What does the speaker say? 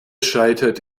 scheitert